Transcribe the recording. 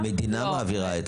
המדינה מעבירה.